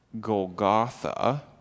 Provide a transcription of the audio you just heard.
Golgotha